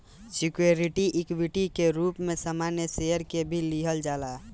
security equity के रूप में सामान्य शेयर के भी लिहल जाला